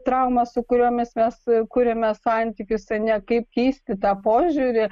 traumas su kuriomis mes kuriame santykius ar ne kaip keisti tą požiūrį